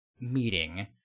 meeting